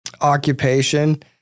occupation